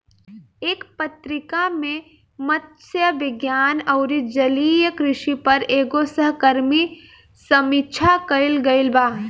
एह पत्रिका में मतस्य विज्ञान अउरी जलीय कृषि पर एगो सहकर्मी समीक्षा कईल गईल बा